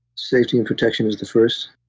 safety and protection is the first.